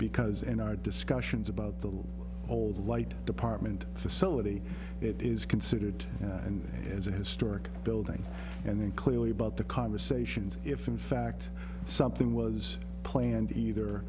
because in our discussions about the old light department facility it is considered and as a historic building and then clearly about the conversations if in fact something was planned either